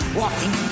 walking